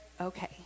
okay